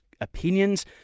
opinions